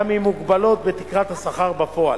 גם אם מוגבלות בתקרת השכר בפועל.